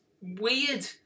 weird